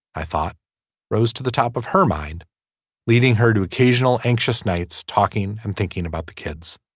i thought rose to the top of her mind leading her to occasional anxious nights talking and thinking about the kids.